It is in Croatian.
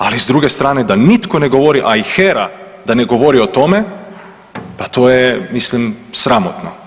Ali s druge strane, da nitko ne govori, a i HERA da ne govori o tome, pa to je mislim sramotno.